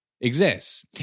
exists